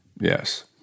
Yes